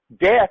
Death